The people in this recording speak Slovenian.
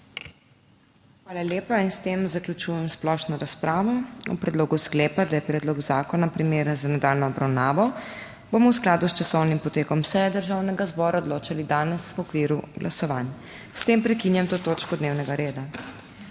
Hvala lepa. S tem zaključujem splošno razpravo. O predlogu sklepa, da je predlog zakona primeren za nadaljnjo obravnavo, bomo v skladu s časovnim potekom seje Državnega zbora odločali danes v okviru glasovanj. S tem prekinjam to točko dnevnega reda.